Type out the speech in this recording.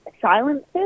silences